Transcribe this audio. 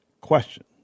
question